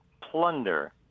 plunder